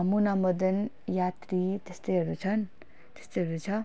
मुना मदन यात्री त्यस्तैहरू छन् त्यस्तैहरू छ